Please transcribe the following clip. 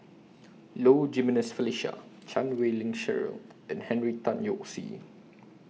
Low Jimenez Felicia Chan Wei Ling Cheryl and Henry Tan Yoke See